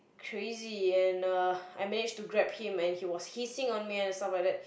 crazy and uh I managed to grab him and he was hissing on me and stuff like that